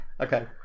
Okay